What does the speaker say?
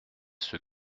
ceux